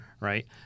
right